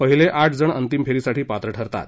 पहिले आठ जण अंतिम फेरीसाठी पात्र ठरतात